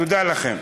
תודה לכם.